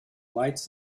lights